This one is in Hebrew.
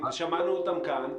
ושמענו אותם כאן,